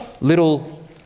little